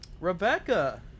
Rebecca